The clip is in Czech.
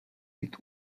být